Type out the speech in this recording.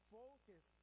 focus